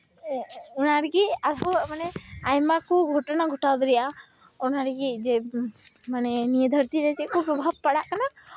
ᱚᱱᱟ ᱨᱮᱜᱮ ᱟᱨᱦᱚᱸ ᱢᱟᱱᱮ ᱟᱭᱢᱟ ᱠᱚ ᱜᱷᱚᱴᱚᱱᱟ ᱠᱚ ᱜᱷᱚᱴᱟᱣ ᱫᱟᱲᱮᱭᱟᱜᱼᱟ ᱚᱱᱟ ᱞᱟᱹᱜᱤᱫ ᱡᱮ ᱱᱤᱭᱟᱹ ᱫᱷᱟᱹᱨᱛᱤ ᱨᱮ ᱪᱮᱫ ᱠᱚ ᱯᱨᱚᱵᱷᱟᱵᱽ ᱯᱟᱲᱟᱜ ᱠᱟᱱᱟ